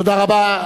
תודה רבה,